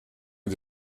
est